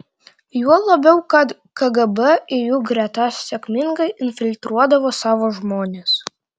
juo labiau kad kgb į jų gretas sėkmingai infiltruodavo savo žmones